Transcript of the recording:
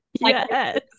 Yes